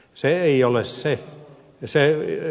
se ei ole se